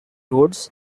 roads